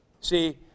See